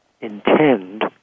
intend